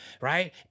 right